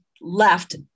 left